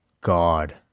God